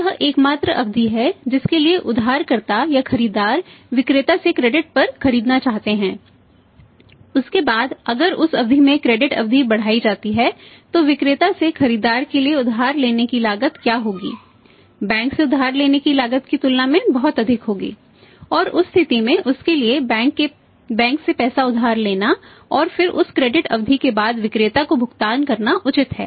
तो यह एकमात्र अवधि है जिसके लिए उधारकर्ता या खरीदार विक्रेता से क्रेडिट अवधि के बाद विक्रेता को भुगतान करना उचित है